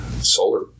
solar